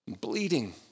Bleeding